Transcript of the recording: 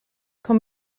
con